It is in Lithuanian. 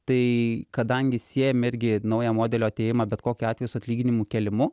tai kadangi siejam irgi naujo modelio atėjimą bet kokiu atveju su atlyginimų kėlimu